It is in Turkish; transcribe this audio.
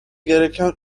gereken